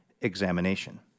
examination